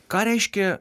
ką reiškia